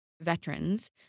veterans